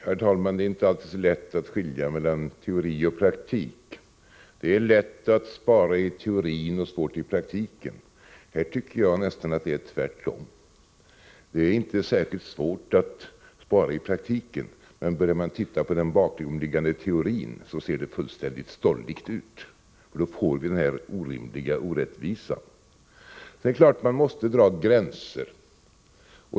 Herr talman! Det är inte alltid så lätt att skilja mellan teori och praktik. Det är lätt att spara i teorin och svårt i praktiken. Här tycker jag nästan att det är tvärtom. Det är inte särskilt svårt att spara i praktiken, men börjar man titta på den bakomliggande teorin ser det fullständigt stolligt ut. Då får vi den här orimliga orättvisan. Det är klart att man måste dra gränser.